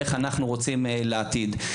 איך אנחנו רוצים לעתיד?